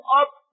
up